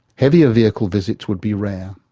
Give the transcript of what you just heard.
heavier vehicle visits would be rare.